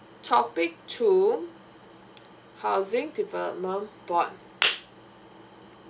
topic two mm housing development board